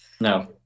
No